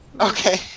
Okay